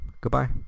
Goodbye